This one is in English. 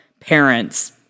parents